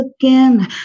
again